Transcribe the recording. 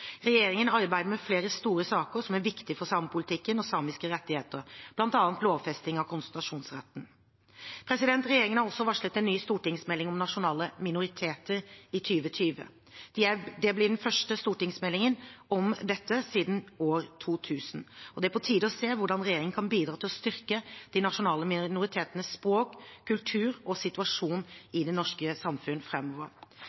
Regjeringen arbeider med flere store saker som er viktige for samepolitikken og samiske rettigheter, bl.a. lovfesting av konsultasjonsretten. Regjeringen har også varslet en ny stortingsmelding om nasjonale minoriteter i 2020. Det blir den første stortingsmeldingen om dette siden år 2000, og det er på tide å se hvordan regjeringen kan bidra til å styrke de nasjonale minoritetenes språk, kultur og situasjon